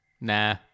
Nah